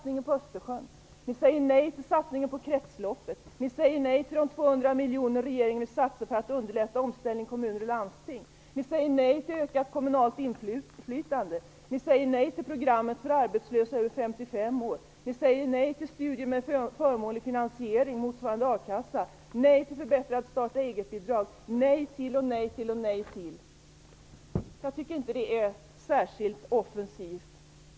Ni moderater säger nej till satsningen på Östersjön, till satsningen på kretsloppet, till de 200 miljoner som regeringen vill satsa på att underlätta omställning i kommuner och landsting, till ökat kommunalt inflytande, till programmet för arbetslösa över 55 år, till studier med förmånlig finansiering motsvarande a-kassa, till förbättrat starta-eget-bidrag. Nej, nej och åter nej! Jag tycker inte att det är särskilt offensivt.